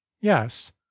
Yes